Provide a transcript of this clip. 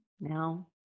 now